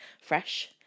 Fresh